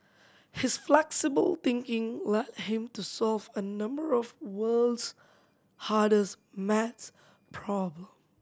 his flexible thinking led him to solve a number of world's hardest maths problem